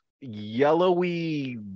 yellowy